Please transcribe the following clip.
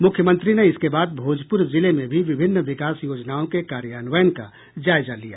मुख्यमंत्री ने इसके बाद भोजपुर जिले में भी विभिन्न विकास योजनाओं के कार्यान्वयन का जायजा लिया